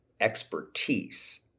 expertise